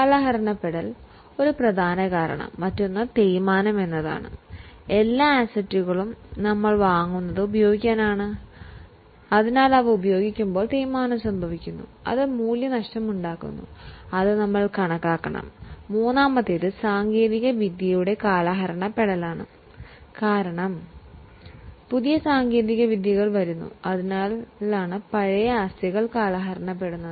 ഉപയോഗം കണക്കിലെടുക്കാതെ ഡിപ്രീസിയേഷന് ഒരു പ്രധാന കാരണം കാലപ്പഴക്കമാണ് എന്ന് പറയുന്നത്